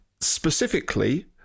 Specifically